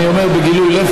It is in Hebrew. אני אומר בגילוי לב,